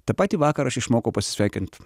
ta pati vakarą aš išmokau pasisveikint